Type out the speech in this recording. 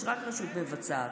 יש רק רשות מבצעת,